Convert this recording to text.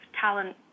talent